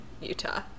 Utah